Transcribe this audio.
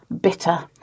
bitter